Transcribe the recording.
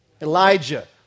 Elijah